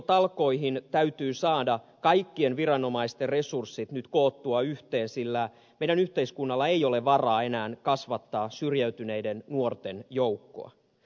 syrjäytymisenestotalkoihin täytyy saada kaikkien viranomaisten resurssit nyt koottua yhteen sillä meidän yhteiskunnallamme ei ole varaa enää kasvattaa syrjäytyneiden nuorten joukkoa